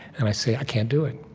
and i say, i can't do it.